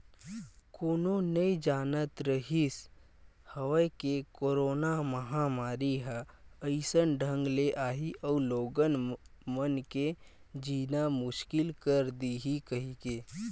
कोनो नइ जानत रिहिस हवय के करोना महामारी ह अइसन ढंग ले आही अउ लोगन मन के जीना मुसकिल कर दिही कहिके